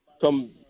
come